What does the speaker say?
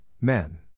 men